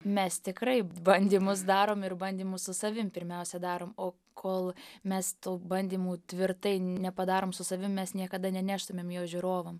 mes tikrai bandymus darom ir bandymus su savim pirmiausia darom o kol mes tų bandymų tvirtai nepadarom su savim mes niekada neneštumėm jo žiūrovam